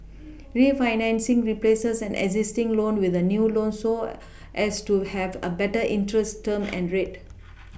refinancing replaces an existing loan with a new loan so as to have a better interest term and rate